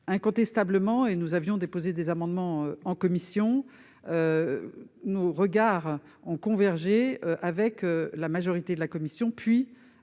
Incontestablement, et nous avions déposé des amendements en commission, nos regards ont convergé avec la majorité de la commission, puis